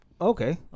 Okay